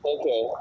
Okay